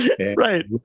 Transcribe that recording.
right